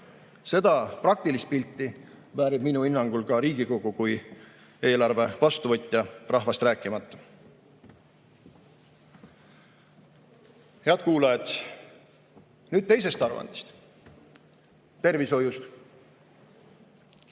Seda praktilist pilti väärib minu hinnangul ka Riigikogu kui eelarve vastuvõtja, rahvast rääkimata. Head kuulajad! Nüüd teisest aruandest, tervishoiust.